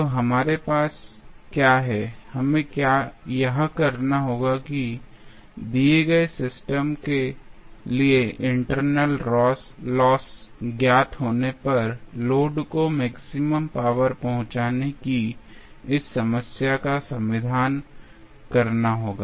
तो हमारे पास क्या है हमें यह करना होगा कि दिए गए सिस्टम के लिए इंटरनल लॉस ज्ञात होने पर लोड को मैक्सिमम पावर पहुंचाने की इस समस्या का समाधान करना होगा